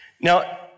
Now